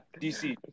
DC